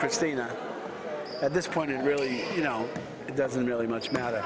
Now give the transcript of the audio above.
christina at this point really you know it doesn't really much matter